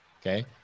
Okay